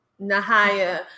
Nahaya